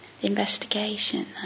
investigation